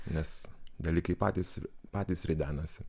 nes dalykai patys patys ridenasi